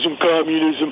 communism